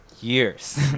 years